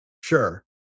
sure